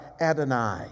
Adonai